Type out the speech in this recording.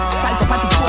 psychopathic